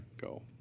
go